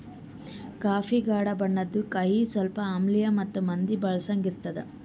coffee ಗಾಢ ಬಣ್ಣುದ್, ಕಹಿ, ಸ್ವಲ್ಪ ಆಮ್ಲಿಯ ಮತ್ತ ಮಂದಿ ಬಳಸಂಗ್ ಇರ್ತದ